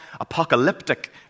apocalyptic